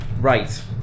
right